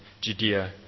Judea